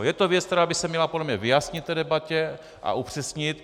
Je to věc, která by se měla podle mě vyjasnit v debatě a upřesnit.